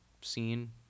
scene